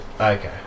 Okay